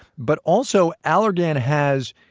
but also allergan has,